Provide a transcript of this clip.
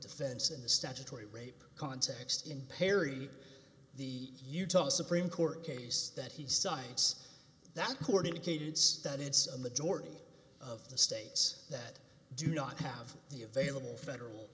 defense in the statutory rape context in perry the utah supreme court case that he cites that who are dedicated says that it's a majority of the states that do not have the available federal